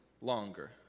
Longer